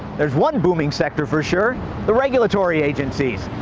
there's one booming sector for sure the regulatory agencies.